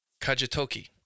Kajitoki